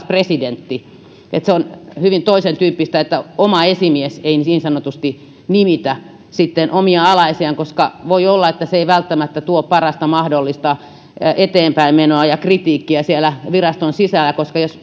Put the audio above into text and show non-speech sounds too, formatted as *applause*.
*unintelligible* presidentti niin se on hyvin toisentyyppistä kun oma esimies ei niin sanotusti nimitä omia alaisiaan voi olla että se ei välttämättä tuo parasta mahdollista eteenpäinmenoa ja kritiikkiä siellä viraston sisällä